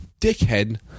dickhead